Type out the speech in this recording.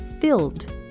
filled